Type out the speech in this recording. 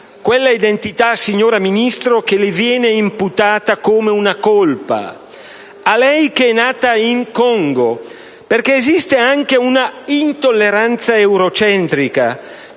quella identità, signora Ministro, che le viene imputata come una colpa, a lei che è nata in Congo. Perché esiste anche una intolleranza eurocentrica,